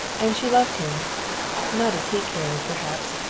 and she loved him not as he cared, perhaps,